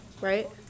right